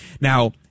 Now